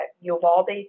Uvalde